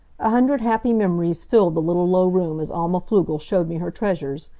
a hundred happy memories filled the little low room as alma pflugel showed me her treasures.